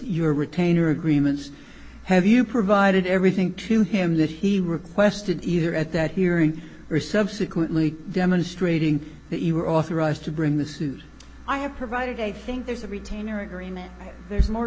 your retainer agreements have you provided everything to him that he requested either at that hearing or subsequently demonstrating that you were authorized to bring the suit i have provided i think there's a retainer agreement there's more